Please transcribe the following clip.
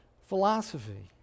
philosophy